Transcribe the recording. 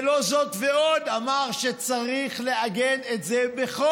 ולא, זאת ועוד, הוא אמר שצריך לעגן את זה בחוק.